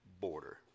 border